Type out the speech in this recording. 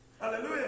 Hallelujah